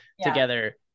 together